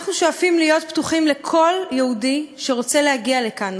אנחנו שואפים להיות פתוחים לכל יהודי שרוצה להגיע לכאן,